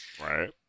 Right